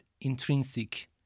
intrinsic